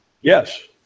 Yes